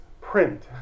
print